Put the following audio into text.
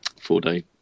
four-day